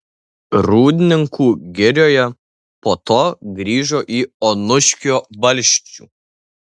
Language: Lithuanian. rūdninkų girioje po to grįžo į onuškio valsčių